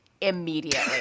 immediately